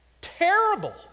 terrible